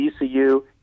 ECU